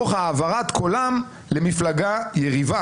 שלום לכולם, אני מבקש לפתוח את הישיבה